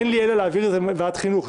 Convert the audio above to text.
אין לי אלא להעביר את זה לוועדת החינוך.